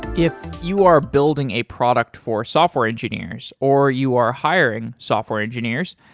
if you are building a product for software engineers or you are hiring software engineers,